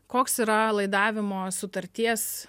koks yra laidavimo sutarties